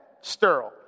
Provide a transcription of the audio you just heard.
sterile